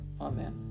Amen